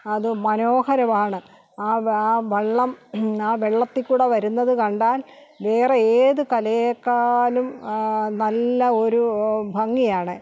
അത് മനോഹരമാണ് ആ വാ വള്ളം ആ വെള്ളത്തിൽക്കൂടെ വരുന്നത് കണ്ടാൽ വേറെ ഏത് കലയേക്കാളും നല്ല ഒരു ഭംഗിയാണ്